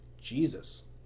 jesus